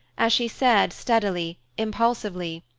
as she said, steadily, impulsively,